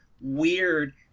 weird